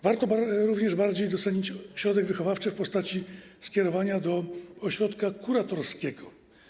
Warto również bardziej docenić środek wychowawczy w postaci skierowania do ośrodka kuratorskiego.